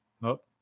nope